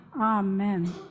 Amen